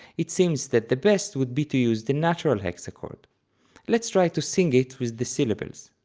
it seems that the best would be to use the natural hexachord let's try to sing it with the syllables.